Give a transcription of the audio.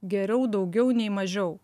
geriau daugiau nei mažiau